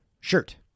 shirt